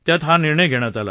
त्यात हा निर्णय घेण्यात आला